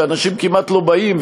שבו אנשים כמעט לא באים,